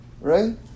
right